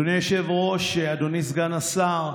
אדוני היושב-ראש, אדוני סגן השר,